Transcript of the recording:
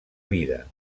vida